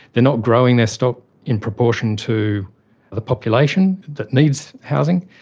they are not growing their stock in proportion to the population that needs housing.